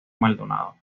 maldonado